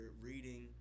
reading